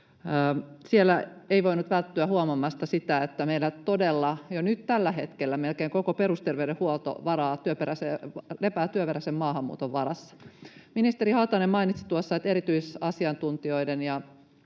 Siellä ei voinut välttyä huomaamasta sitä, että meillä todella jo nyt, tällä hetkellä, melkein koko perusterveydenhuolto lepää työperäisen maahanmuuton varassa. Ministeri Haatainen mainitsi tuossa, että erityisasiantuntijoiden ja